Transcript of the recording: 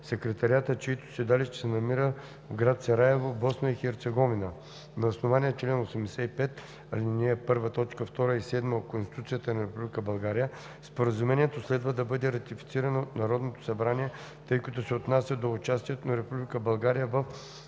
на DPPI SEE, чието седалище се намира в град Сараево, Босна и Херцеговина. На основание чл. 85, ал. 1, т. 2 и 7 от Конституцията на Република България Споразумението следва да бъде ратифицирано от Народното събрание, тъй като се отнася до участието на Република България в